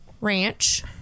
ranch